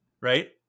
right